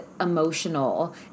emotional